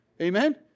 Amen